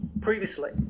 previously